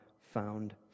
found